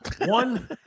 One